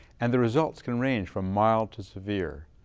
and the results can range from mild to severe.